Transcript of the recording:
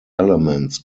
elements